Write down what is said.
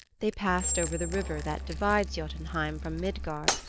they passed over the river that divides jotunheim from midgard,